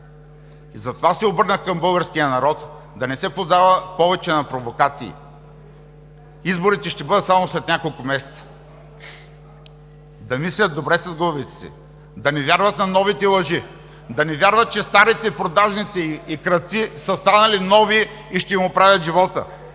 Затова се обърнах към българския народ: да не се поддава повече на провокации; изборите ще бъдат само след няколко месеца – да мислят добре с главите си, да не вярват на новите лъжи, да не вярват, че старите продажници и крадци са станали нови и ще им оправят живота!